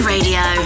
Radio